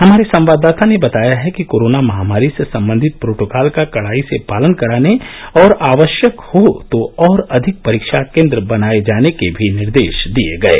हमारे संवाददाता ने बताया है कि कोरोना महामारी से संबंधित प्रोटोकोल का कडाई से पालन कराने और आवश्यक हो तो और अधिक परीक्षा केन्द्र बनाए जाने के भी निर्देश दिये गये